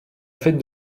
fête